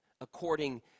according